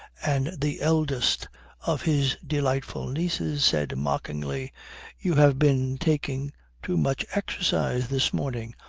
and the eldest of his delightful nieces said mockingly you have been taking too much exercise this morning,